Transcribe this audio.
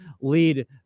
lead